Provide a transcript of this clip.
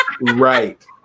right